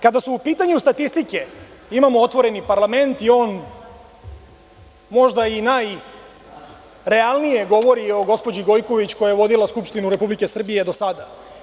Kada su u pitanju statistike imamo otvoreni parlament i on možda i najrealnije govori o gospođi Gojković koja je vodila Skupštinu Republike Srbije do sada.